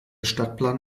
stadtplan